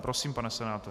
Prosím, pane senátore.